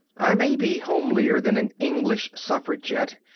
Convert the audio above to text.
i may be homelier than an english suffragette,